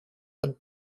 und